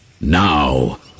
Now